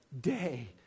day